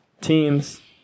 teams